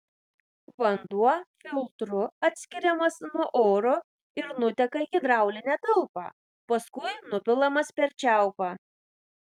vanduo filtru atskiriamas nuo oro ir nuteka į hidraulinę talpą paskui nupilamas per čiaupą